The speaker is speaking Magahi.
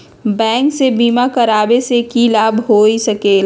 बैंक से बिमा करावे से की लाभ होई सकेला?